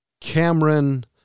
Cameron